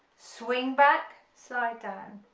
swing back, slide